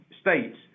states